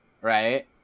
Right